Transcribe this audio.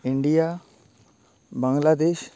India Bangladesh